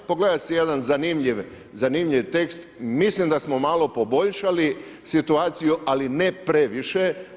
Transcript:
Pogledajte si jedan zanimljivim tekst, mislim da smo malo poboljšali situaciju, ali ne previše.